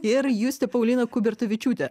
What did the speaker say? ir justė paulina kubertavičiūtė